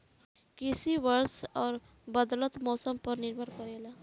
कृषि वर्षा और बदलत मौसम पर निर्भर करेला